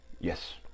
Yes